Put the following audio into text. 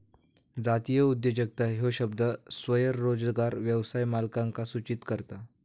जातीय उद्योजकता ह्यो शब्द स्वयंरोजगार व्यवसाय मालकांका सूचित करता